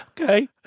Okay